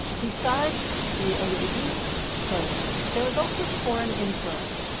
besides the elizabethan clothing there was also foreign influence.